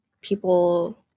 people